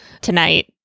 tonight